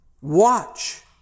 Watch